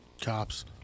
cops